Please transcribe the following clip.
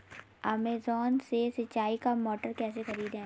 Amazon से सिंचाई का मोटर कैसे खरीदें?